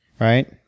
right